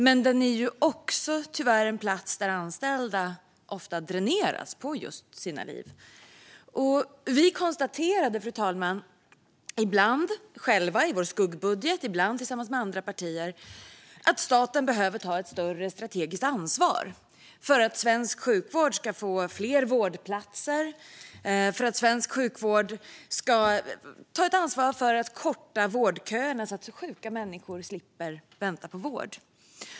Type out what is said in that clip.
Men den är också tyvärr en plats där anställda ofta dräneras på just sina liv. Fru talman! Vi konstaterade - ibland själva i vår skuggbudget, ibland tillsammans med andra partier - att staten behöver ta ett större strategiskt ansvar för att svensk sjukvård ska få fler vårdplatser och för att korta vårdköerna, så att sjuka människor slipper vänta på vård.